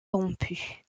rompue